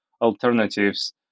alternatives